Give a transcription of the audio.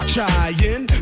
Trying